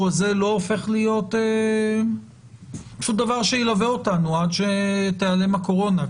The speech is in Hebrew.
הזה לא הופך להיות דבר שיילווה אותנו עד שתעלם הקורונה,